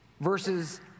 versus